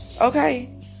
Okay